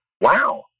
wow